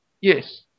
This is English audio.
Yes